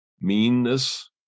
meanness